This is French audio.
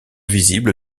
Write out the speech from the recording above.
visible